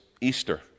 Easter